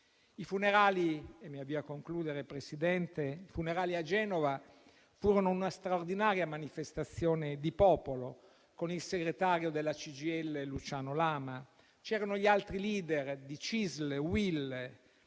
I funerali a Genova furono una straordinaria manifestazione di popolo: con il segretario della CGIL Luciano Lama c'erano gli altri *leader* di CISL e UIL,